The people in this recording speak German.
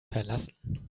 verlassen